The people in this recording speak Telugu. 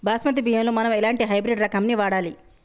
బాస్మతి బియ్యంలో మనం ఎలాంటి హైబ్రిడ్ రకం ని వాడాలి?